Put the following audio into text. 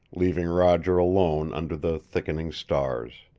leaving roger alone under the thickening stars.